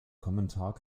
kommentar